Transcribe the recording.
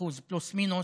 12%, פלוס מינוס,